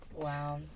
wow